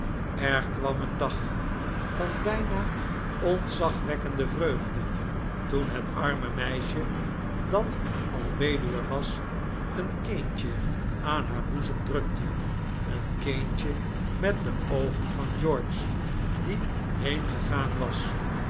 er kwam een dag van bijna ontzagwekkende vreugde toen het arme meisje dat al weduwe was een kindje aan haar boezem drukte een kindje met de oogen van george die heengegaan was